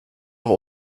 auch